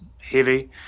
heavy